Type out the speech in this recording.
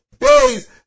days